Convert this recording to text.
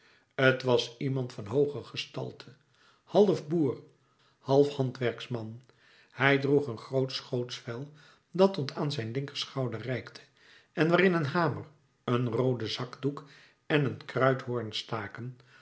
t was iemand van hooge gestalte half boer half handwerksman hij droeg een groot schootsvel dat tot aan zijn linkerschouder reikte en waarin een hamer een roode zakdoek en een kruithoorn staken